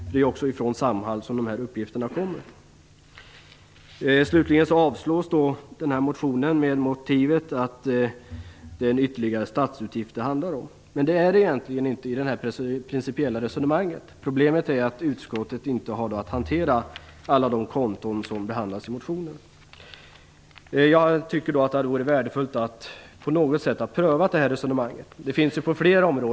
Det är ju också från Samhall som de här uppgifterna kommer. Motionen avstyrks av utskottet med motivet att det handlar om ytterligare en statsutgift. Men så är inte fallet i det principiella resonemanget. Problemet är att utskottet inte har att hantera alla de konton som behandlas i motionen. Det hade varit värdefullt om det här resonemanget på något sätt hade kunnat prövas.